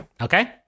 okay